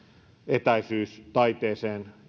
etäisyyttä taiteeseen